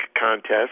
contest